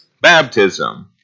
Baptism